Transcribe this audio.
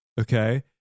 Okay